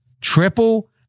Triple